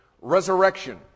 resurrection